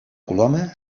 coloma